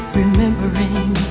remembering